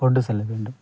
கொண்டு செல்ல வேண்டும்